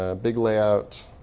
ah big layout,